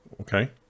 Okay